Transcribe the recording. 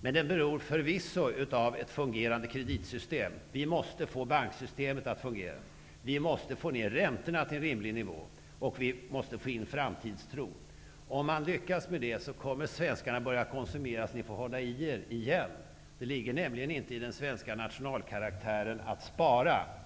Men den beror förvisso på ett fungerande kreditsystem. Vi måste få banksystemet att fungera. Vi måste också få ner räntorna till en rimlig nivå, och vi måste skapa framtidstro. Om vi lyckas med det, kommer svenskarna att börja konsumera så att ni får hålla igen. det ligger nämligen inte i den svenska nationalkaraktären att spara.